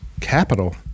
capital